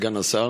סגן השרה,